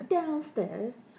Downstairs